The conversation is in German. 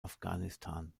afghanistan